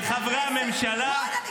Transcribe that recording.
לחברי הממשלה,